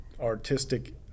artistic